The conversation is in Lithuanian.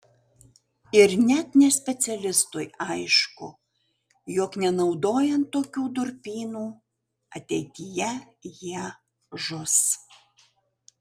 ir net nespecialistui aišku jog nenaudojant tokių durpynų ateityje jie žus